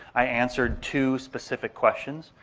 i answered two specific questions.